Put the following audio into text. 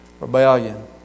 rebellion